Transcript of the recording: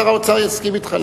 שר האוצר יסכים אתך.